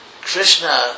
Krishna